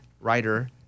writer